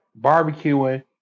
barbecuing